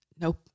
Nope